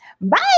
Bye